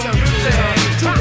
music